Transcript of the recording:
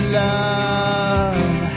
love